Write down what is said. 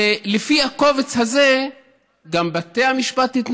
ולפי הקובץ הזה יתנהלו גם בתי המשפט,